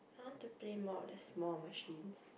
I want to play more of the small machines